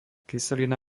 kyselina